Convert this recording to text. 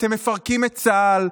אתם מפרקים את צה"ל,